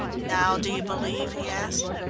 now do you believe? he asked.